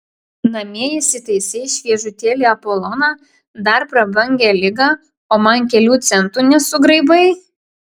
namie įsitaisei šviežutėlį apoloną dar prabangią ligą o man kelių centų nesugraibai